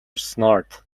snort